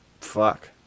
fuck